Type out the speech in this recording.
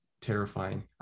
terrifying